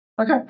Okay